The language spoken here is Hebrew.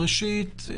ראשית,